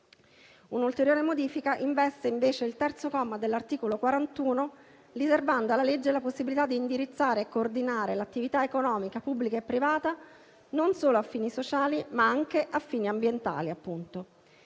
Un'ulteriore modifica investe invece il terzo comma dell'articolo 41, riservando alla legge la possibilità di indirizzare e coordinare l'attività economica, pubblica e privata, non solo a fini sociali, ma anche a fini ambientali.